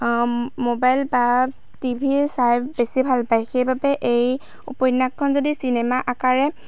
mobile বা TV চাই বেছি ভাল পায় সেইবাবে এই উপন্যাসখন যদি চিনেমা আকাৰে